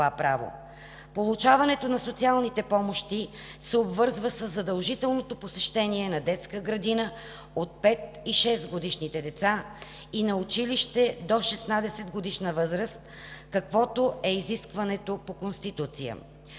Получаването на социалните помощи се обвързва със задължителното посещаване на детска градина от 5- и 6-годишните деца и на училище – до 16-годишна възраст, каквото е изискването по Конституция.